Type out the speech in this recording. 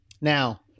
Now